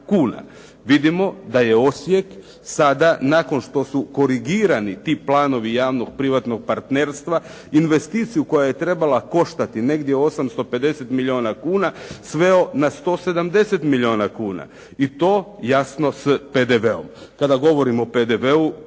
kuna. Vidimo da je Osijek sada, nakon što su korigirani ti planovi tog javno privatnog partnerstva, investiciju koja je trebala koštati negdje 850 milijuna kuna sveo na 170 milijuna kuna i to jasno sa PDV-om. Kada govorimo o PDV-u,